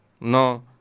no